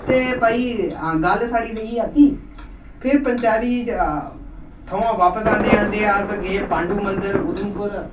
ते भाई हां गल्ल साढ़ी रेही अद्धी फिर पंचैरी थमां बापस आंदे आंदे अस गे पांडू मंदर उधमपुर